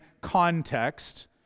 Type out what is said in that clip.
context